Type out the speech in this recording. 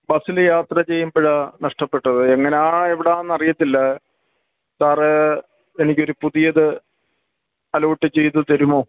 ബസില് യാത്ര ചെയ്യുമ്പഴാണ് നഷ്ടപ്പെട്ടത് എങ്ങനാണ് എവിടാണെന്നറിയത്തില്ല സാറ് എനിക്കൊര് പുതിയത് അലോട്ട് ചെയ്ത് തരുമോ